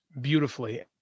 beautifully